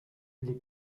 les